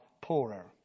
poorer